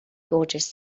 gorgeous